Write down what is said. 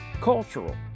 cultural